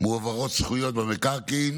מועברות זכויות במקרקעין